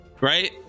Right